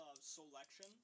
Selection